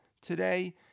today